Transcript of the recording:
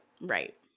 Right